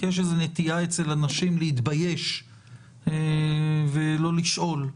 כי יש איזו נטייה אצל אנשים להתבייש ולא לשאול,